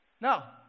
Now